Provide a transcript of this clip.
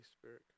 spirit